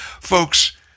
Folks